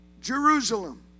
Jerusalem